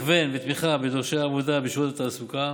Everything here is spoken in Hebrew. הכוון ותמיכה בדורשי עבודה בשירות התעסוקה.